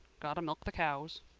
gotter milk the cows.